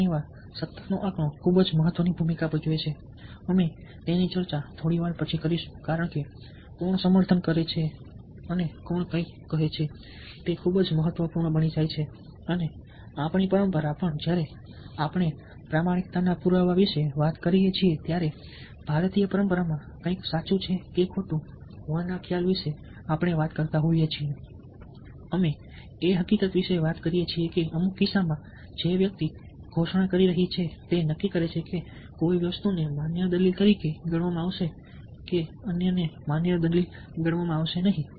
ઘણી વાર સત્તાનો આંકડો ખૂબ મહત્વની ભૂમિકા ભજવે છે અમે તેની ચર્ચા થોડી વાર પછી કરીશું કારણ કે કોણ સમર્થન કરે છે કોણ કંઈક કહે છે તે ખૂબ જ મહત્વપૂર્ણ બની જાય છે અને આપણી પરંપરા પણ જ્યારે આપણે પ્રામાણિકતાના પુરાવા વિશે વાત કરીએ છીએ ત્યારે ભારતીય પરંપરામાં કંઈક સાચું કે ખોટું હોવાના ખ્યાલ વિશે વાત કરીએ છીએ અમે એ હકીકત વિશે વાત કરીએ છીએ કે અમુક કિસ્સાઓમાં જે વ્યક્તિ ઘોષણા કરી રહી છે તે નક્કી કરે છે કે કોઈ વસ્તુને માન્ય દલીલ તરીકે ગણવામાં આવશે કે એટલી માન્ય દલીલ નહીં